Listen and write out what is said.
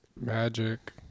magic